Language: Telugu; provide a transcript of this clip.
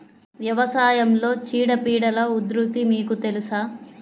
వ్యవసాయంలో చీడపీడల ఉధృతి మీకు తెలుసా?